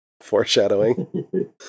foreshadowing